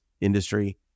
industry